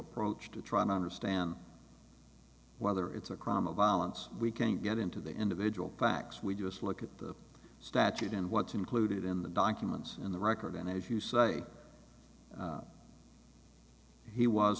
approach to trying to understand whether it's a crime of violence we can't get into the individual facts we just look at the statute and what's included in the documents and the record and if you say he was